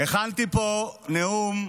הכנתי פה נאום,